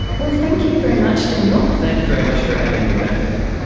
well, thank you very much daniel. thank you very much for having me back, lynne.